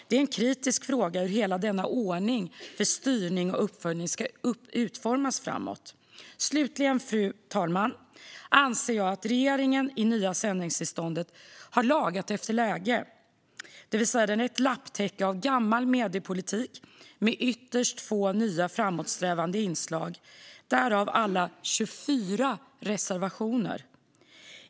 Det är en kritisk fråga hur hela denna ordning för styrning och uppföljning ska utformas framåt. Fru talman! Slutligen anser jag att regeringen i det nya sändningstillståndet har lagat efter läge, det vill säga att det är ett lapptäcke av gammal mediepolitik med ytterst få nya framåtsträvande inslag. Därav alla 24 reservationer.